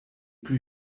plus